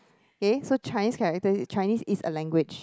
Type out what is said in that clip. eh so Chinese characters Chinese is a language